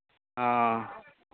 हाँ